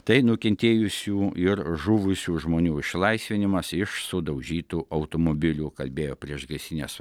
tai nukentėjusių ir žuvusių žmonių išlaisvinimas iš sudaužytų automobilių kalbėjo priešgaisrinės